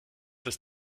das